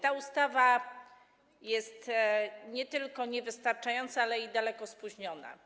Ta ustawa jest nie tylko niewystarczająca, ale i daleko spóźniona.